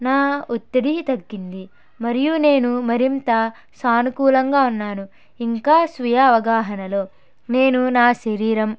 నా ఒత్తిడి తగ్గింది మరియు నేను మరింత సానుకూలంగా ఉన్నాను ఇంకా స్వీయ అవగాహనలో నేను నా శరీరం